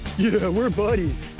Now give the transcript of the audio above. yeah, we're buddies.